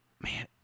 man